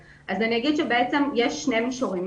אנה לרנר זכות אני אומר שבעצם יש שני מישורים.